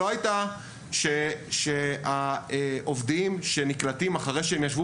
לא הייתה שעובדים שנקלטים אחרי שהם ישבו